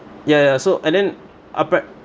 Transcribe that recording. ya ya so and then appa~